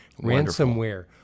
ransomware